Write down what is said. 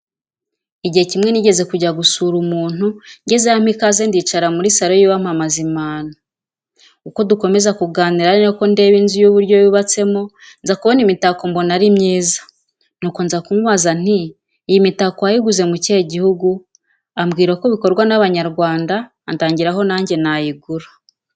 Igihe kimwe nigeze kujya gusura umuntu ngezeyo ampa ikaze ndicara muri saro yiwe ampa amazimano uko dukomeza kuganira arinako ndeba inzu ye uburyo yubatsemo nzakubona imitako mbona arimyiza. nuko nzakumubaza nti iyimitako wayiguze mukihe gihugu? ambwira kobikorwa nabanyarwanda andangirayo najye nadayigura.